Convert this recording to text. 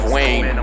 Wayne